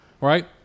right